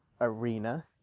arena